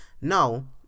now